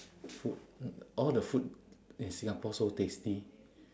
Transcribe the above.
food uh all the food in singapore so tasty